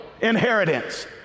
inheritance